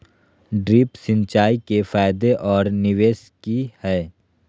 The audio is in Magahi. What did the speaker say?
ड्रिप सिंचाई के फायदे और निवेस कि हैय?